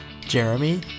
Jeremy